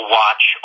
watch